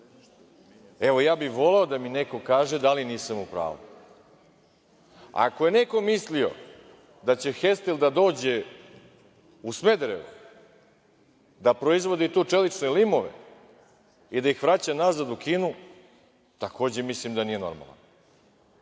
Evo, ja bih voleo da mi neko kaže da li nisam u pravu. Ako je neko mislio da će "Hestel" da dođe u Smederevo, da proizvodi tu čelične limove i da ih vraća nazad u Kinu, takođe mislim da nije normalan.